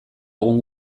egun